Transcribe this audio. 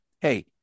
Hey